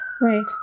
Right